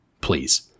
please